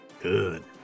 Good